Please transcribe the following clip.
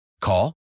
Call